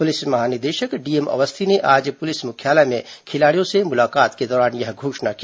police महानिदेशक DM Awasthi ने आज पुलिस मुख्यालय में खिलाड़ियों से मुलाकात के दौरान यह घोषणा की